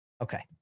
Okay